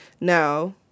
Now